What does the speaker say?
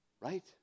Right